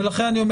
ולכן שוב אומר